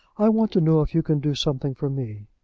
i want to know if you can do something for me.